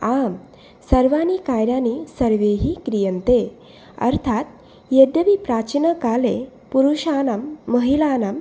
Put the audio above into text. आं सर्वाणि कार्याणि सर्वैः क्रियन्ते अर्थात् यद्यपि प्राचीनकाले पुरुषाणां महिलानां